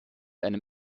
einem